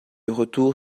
retour